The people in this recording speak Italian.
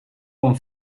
con